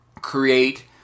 create